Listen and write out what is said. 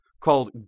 called